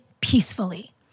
peacefully